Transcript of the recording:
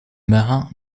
marin